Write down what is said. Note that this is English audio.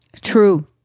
True